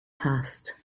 passed